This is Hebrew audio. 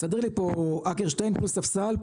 תסדר לי פה אקרשטיין פלוס ספסל,